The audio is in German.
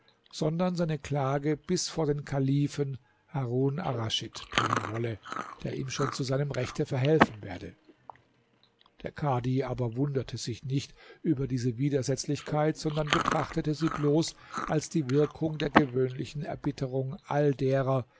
sondern seine klage bis vor den kalifen harun arraschid bringen wolle der ihm schon zu seinem rechte verhelfen werde der kadhi aber wunderte sich nicht über diese widersetzlichkeit sondern betrachtete sie bloß als die wirkung der gewöhnlichen erbitterung aller derer